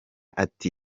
ati